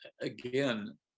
Again